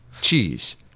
cheese